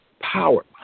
power